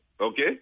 Okay